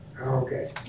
Okay